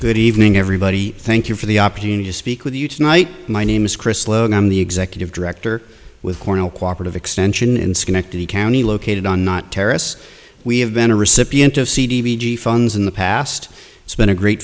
good evening everybody thank you for the opportunity to speak with you tonight my name is chris lowe and i'm the executive director with cornel cooperative extension in schenectady county located on not terrorists we have been a recipient of c d g funds in the past it's been a great